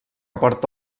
porta